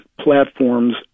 platforms